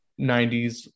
90s